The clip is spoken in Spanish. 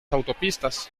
autopistas